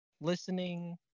listening